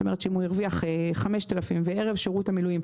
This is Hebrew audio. אם הוא הרוויח 5,000 שקלים וערב שירות המילואים,